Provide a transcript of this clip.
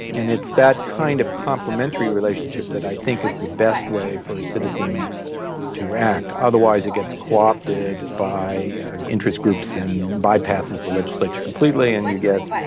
and it's that kind of complimentary relationship that i think is the best way for citizens citizens to act, otherwise it gets co-opted by interest groups and bypasses the legislature completely and you get,